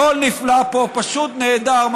הכול נפלא פה, פשוט נהדר.